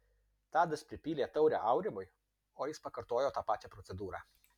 tadas pripylė taurę aurimui o jis pakartojo tą pačią procedūrą